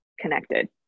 connected